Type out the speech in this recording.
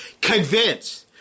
Convince